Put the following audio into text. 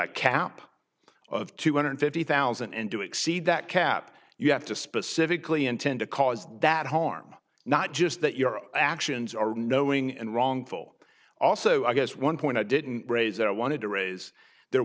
a cap of two hundred fifty thousand and do exceed that cap you have to specifically intend to cause that harm not just that your actions are knowing and wrongful also i guess one point i didn't raise that i wanted to raise the